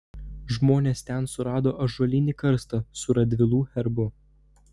žmonės ten surado ąžuolinį karstą su radvilų herbu